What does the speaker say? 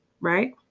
right